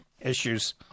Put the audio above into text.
issues